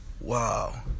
Wow